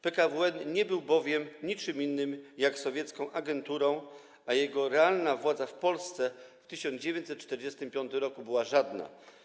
PKWN nie był bowiem niczym innym, jak sowiecką agenturą, a jego realna władza w Polsce w 1945 r. była żadna.